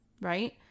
right